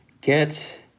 get